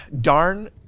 darn